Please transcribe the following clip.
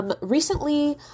Recently